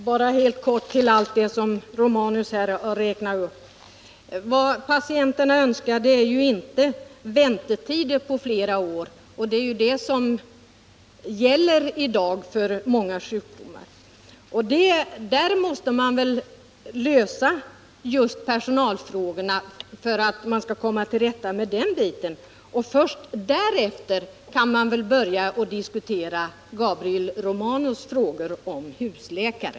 Herr talman! Bara några ord med anledning av allt det Gabriel Romanus har räknat upp. Vad patienterna önskar är ju inte väntetider på flera år för att få vård, vilket i dag är fallet när det gäller många sjukdomar. För att vi skall komma till rätta med det måste personalfrågorna lösas. Därefter kan vi börja diskutera ett system med husläkare.